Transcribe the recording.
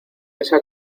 esa